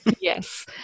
yes